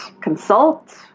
consult